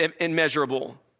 immeasurable